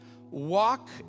walk